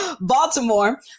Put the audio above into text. Baltimore